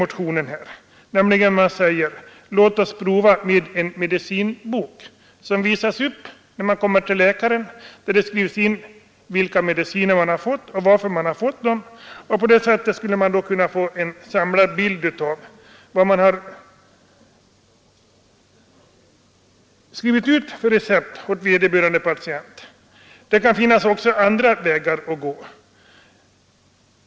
De säger: Låt oss göra ett försök med medicinbok som visas upp när man kommer till läkaren. Där skrivs in vilken medicin man har fått och varför man har fått den. På det sättet skulle man kunna få en samlad bild av vilka recept som skrivits ut för en patient. Det kan också finnas andra vägar att gå.